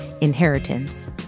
Inheritance